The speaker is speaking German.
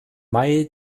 mai